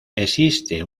existe